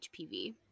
HPV